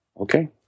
Okay